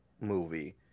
movie